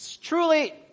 truly